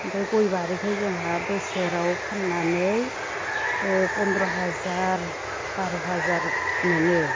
ओमफ्राय गय बारिखो जोंहा बोसोराव फाननानै ओ फन्द्र' हाजार बार' हाजार मोनो